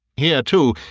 here, too,